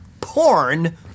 porn